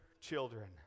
children